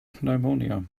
pneumonia